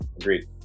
Agreed